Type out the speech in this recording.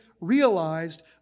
realized